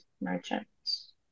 merchants